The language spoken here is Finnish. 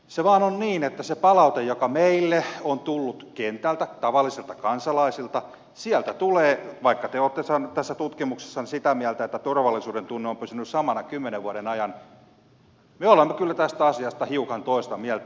se vain on niin että sen palautteen perusteella joka meille on tullut kentältä tavallisilta kansalaisilta vaikka te olette tässä tutkimuksessanne sitä mieltä että turvallisuudentunne on pysynyt samana kymmenen vuoden ajan me olemme kyllä tästä asiasta hiukan toista mieltä